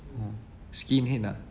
oh skinhead ah